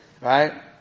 Right